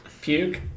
Puke